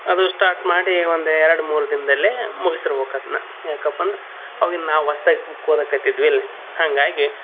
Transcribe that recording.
ಅದು ಸ್ಟಾರ್ಟ್ ಮಾಡಿ ಒಂದು ಎರಡು ಮೂರು ದಿನದಲ್ಲೇ ಮುಗ್ಸಿರ್ಬೋಕ್ ಅದನ್ನ ಯಾಕಪ್ಪ ಅಂದ್ರೆ ಅವಾಗಿನ ನಾವು ಹೊಸ್ದಾಗಿ ಬುಕ್ ಓದೋಕತಿದ್ವಿ ಇಲ್ಲಿ ಹಂಗಾಗಿ